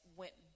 went